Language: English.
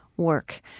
work